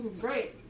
Great